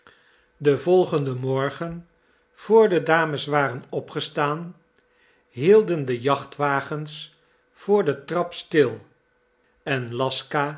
den volgenden morgen voor de dames waren opgestaan hielden de jachtwagens voor de trap stil en laska